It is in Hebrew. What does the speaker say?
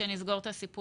לגבי נושא הפיצוי: הדרישה